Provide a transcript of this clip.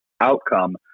outcome